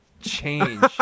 Change